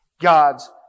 God's